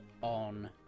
on